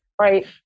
Right